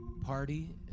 party